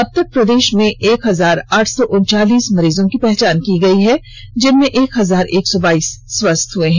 अबतक प्रदेश में एक हजार आठ सौ उनचालीस मरीजों की पहचान हुई है जिनमें एक हजार एक सौ बाईस स्वस्थ भी हुए हैं